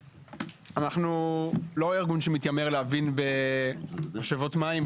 אנחנו לא ארגון שמתיימר להבין במשאבות מים,